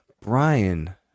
Brian